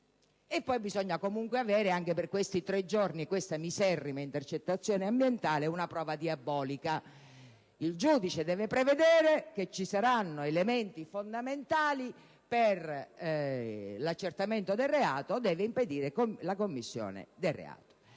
E poi bisogna comunque avere, anche per questi tre giorni e questa miserrima intercettazione ambientale, una prova diabolica: il giudice deve prevedere che ci saranno elementi fondamentali per l'accertamento del reato o deve impedire la commissione del reato.